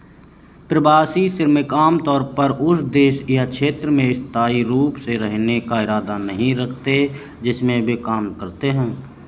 प्रवासी श्रमिक आमतौर पर उस देश या क्षेत्र में स्थायी रूप से रहने का इरादा नहीं रखते हैं जिसमें वे काम करते हैं